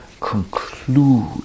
conclude